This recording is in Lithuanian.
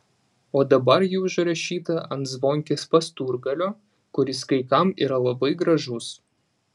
o dabar ji užrašyta ant zvonkės pasturgalio kuris kai kam yra labai gražus